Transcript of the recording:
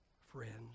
friends